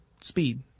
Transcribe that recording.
speed